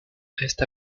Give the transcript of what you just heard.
resta